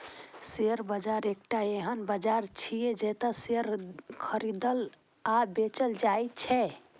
share बाजार एकटा एहन बाजार छियै, जतय शेयर खरीदल आ बेचल जाइ छै